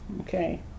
okay